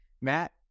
Matt